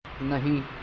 نہیں